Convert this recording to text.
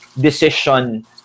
decision